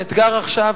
האתגר עכשיו,